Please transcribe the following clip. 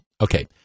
Okay